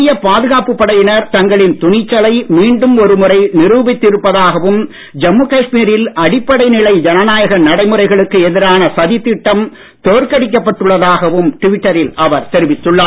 இந்திய பாதுகாப்புப் படையினர் தங்களின் துணிச்சலை மீண்டும் ஒருமுறை நிரூபித்து இருப்பதாகவும் ஜம்மு காஷ்மீரில் அடிப்படை நிலை ஜனநாயக நடைமுறைகளுக்கு எதிரான சதித்திட்டம் தோற்கடிக்கப் பட்டுள்ளதாகவும் ட்விட்டரில் அவர் தெரிவித்துள்ளார்